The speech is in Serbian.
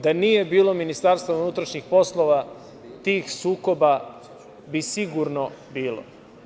Da nije bilo Ministarstva unutrašnjih poslova tih sukoba bi sigurno bilo.